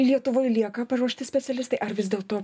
lietuvoj lieka paruošti specialistai ar vis dėlto